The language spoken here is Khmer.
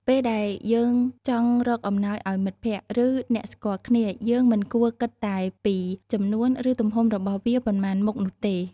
ពេលដែលយើងចង់រកអំណោយឱ្យមិត្តភក្តិ ឬអ្នកស្គាល់គ្នា យើងមិនគួរគិតតែពីចំនួន ឬទំហំរបស់វាប៉ុន្មានមុខនោះទេ។